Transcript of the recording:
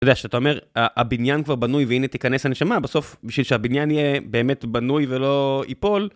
אתה יודע שאתה אומר הבניין כבר בנוי והנה תיכנס הנשמה בסוף בשביל שהבניין יהיה באמת בנוי ולא ייפול.